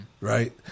right